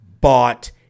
bought